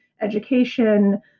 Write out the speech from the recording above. education